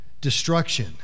destruction